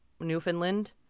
Newfoundland